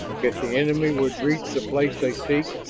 if the enemy would reach the place they seek,